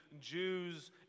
Jews